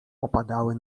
opadały